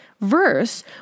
Verse